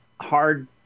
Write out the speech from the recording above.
hard